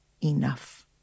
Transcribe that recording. enough